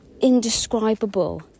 indescribable